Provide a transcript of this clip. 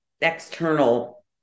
external